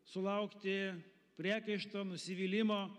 sulaukti priekaišto nusivylimo